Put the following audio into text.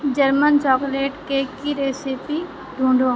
German chocolate cake کی recipe ڈھونڈو